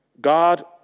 God